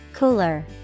Cooler